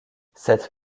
cette